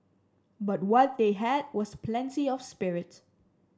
but what they had was plenty of spirit